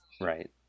Right